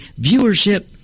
viewership